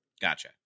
Gotcha